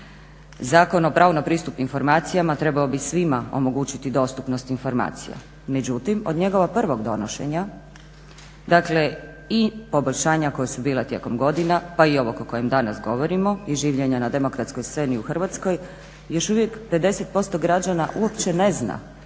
Zakon o pravu na pristup informacijama trebao bi svima omogućiti dostupnost informacija, međutim od njegovog prvog donošenja dakle i poboljšanja koja su bila tijekom godina pa i ovog o kojem danas govorimo i življenja na demokratskoj sceni u Hrvatskoj još uvijek 50% građana uopće ne zna